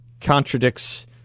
contradicts